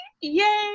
Yay